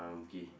okay